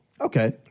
Okay